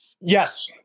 Yes